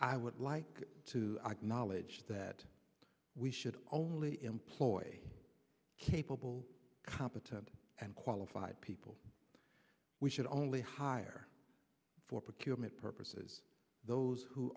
i would like to acknowledge that we should only employ capable competent and qualified people we should only hire for particular main purposes those who